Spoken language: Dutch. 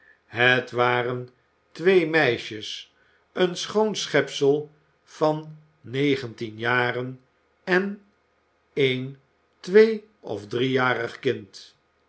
het waren twee meisjes een schoon schepsel van negentien jaren en een tweeof driejarig kind